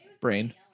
brain